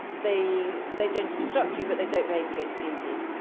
they they don't obstruct you, but they don't make it easy.